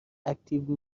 اکتیو